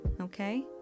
Okay